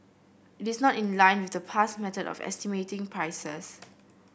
it is not in line with the past method of estimating prices